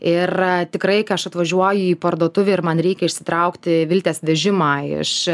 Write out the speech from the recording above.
ir tikrai kai aš atvažiuoju į parduotuvę ir man reikia išsitraukti viltės vežimą iš